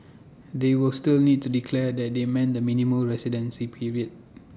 they will still need to declare that they meant the minimum residency period